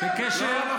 זה על הנושא.